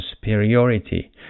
superiority